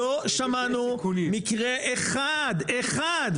לא שמענו מקרה אחד אחד,